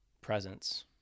presence